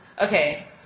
Okay